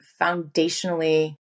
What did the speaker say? foundationally